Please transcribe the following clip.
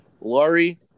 Laurie